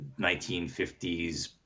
1950s